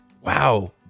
wow